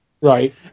Right